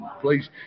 please